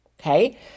okay